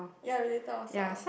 ya related or sort of